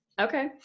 Okay